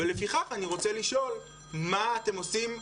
לפיכך אני רוצה לשאול מה אתם עושים,